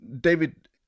David